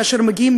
כאשר הם מגיעים,